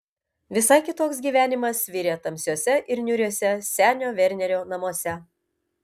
visai kitoks gyvenimas virė tamsiuose ir niūriuose senio vernerio namuose